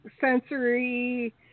sensory